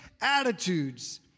attitudes